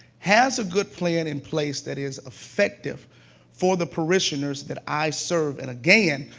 has a good plan in place that is effective for the parishioners that i serve and, again,